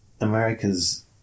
America's